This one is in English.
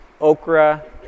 okra